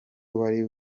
wari